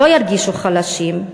לא ירגישו חלשים.